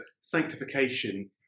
sanctification